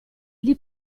gli